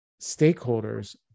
stakeholders